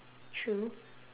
true